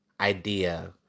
idea